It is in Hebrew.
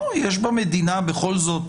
בכל זאת